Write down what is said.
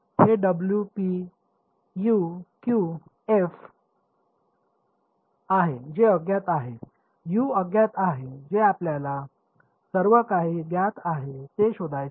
हे W P U Q F आहे जे अज्ञात आहे U अज्ञात आहे जे आपल्याला सर्व काही ज्ञात आहे ते शोधायचे आहे